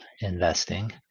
investing